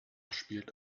spielte